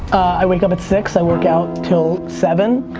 i wake up at six, i work out till seven.